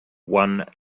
won